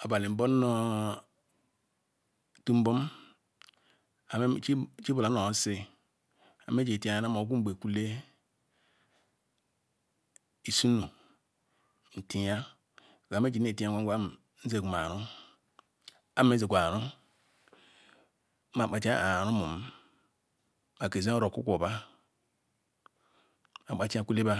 abeh ngbu nu otu nbum chilam nu osisi nha mjiri tiya ayara na otunge kule isienu nfuya ah fihwu nefayi ngwagwa nu niugwu aru anrizagwu aru n mekpa fiyaah rumum make ess ora okwu kwo ba ma kpatikwekba